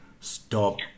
stop